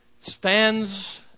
stands